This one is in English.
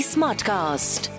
Smartcast